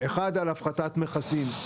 אחת, על הפחתת מכסים.